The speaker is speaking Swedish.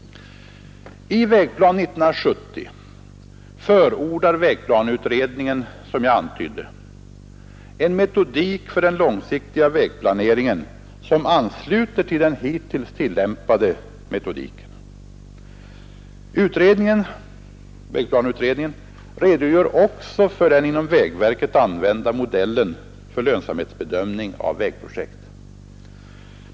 I Vägplan 1970 förordar vägplaneutredningen som jag antydde en metodik för den långsiktiga vägplaneringen som ansluter till den hittills tillämpade metodiken. Vägplaneutredningen redogör också för den inom vägverket använda modellen för lönsamhetsbedömning av vägprojekt.